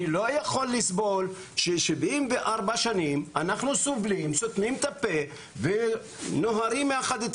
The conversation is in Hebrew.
אני לא יכול לסבול ש-74 שנים אנחנו סובלים וסותמים את הפה,